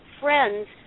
friends